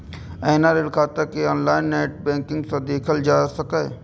एहिना ऋण खाता कें ऑनलाइन नेट बैंकिंग सं देखल जा सकैए